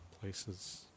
places